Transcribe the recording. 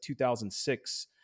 2006